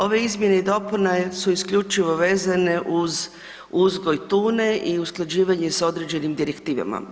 Ove izmjene i dopuna su isključivo vezane uz uzgoj tune i usklađivanje sa određenim direktivama.